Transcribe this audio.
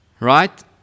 right